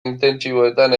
intentsiboetan